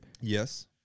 Yes